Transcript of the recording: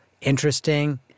interesting